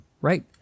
right